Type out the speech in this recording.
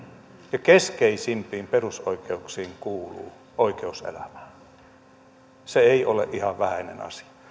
ja keskeisimpiin perusoikeuksiin kuuluu oikeus elämään se ei ole ihan vähäinen asia